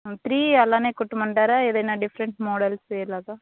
three అలాగే కుట్టమంటారా ఏదైనా డిఫరెంట్ మోడల్స్ ఎలాగ